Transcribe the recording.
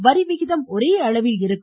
வரி விகிதம் ஒரே அளவில் இருக்கும்